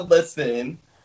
Listen